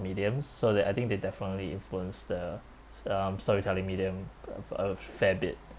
mediums so that I think they definitely influenced the um storytelling medium of of fair bit